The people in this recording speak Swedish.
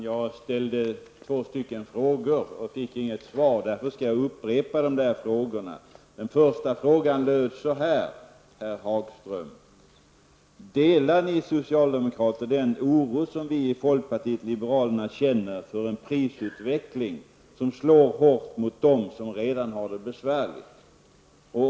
Herr talman! Jag ställde två frågor och fick inget svar, därför skall jag upprepa frågorna. Den första frågan löd så här, herr Hagström: Delar ni socialdemokrater den oro som vi i folkpartiet liberalerna känner för en prisutveckling som slår hårt mot dem som redan har det besvärligt?